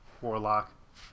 Warlock